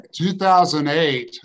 2008